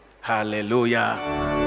hallelujah